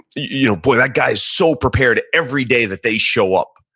you know boy, that guy is so prepared every day that they show up,